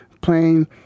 playing